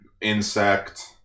insect